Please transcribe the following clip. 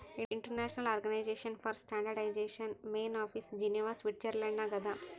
international organisation for standardisation main office Geneva Switzerland ನಾಗ್ ಅದಾ